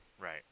Right